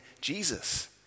Jesus